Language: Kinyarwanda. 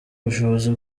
ubushobozi